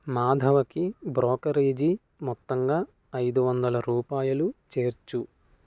మాధవకి brokerage మొత్తంగా ఐదు వందల రూపాయులు చేర్చు